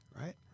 right